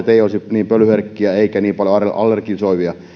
niin että ne vaatteet eivät olisi niin pölyherkkiä eivätkä niin paljon allergisoivia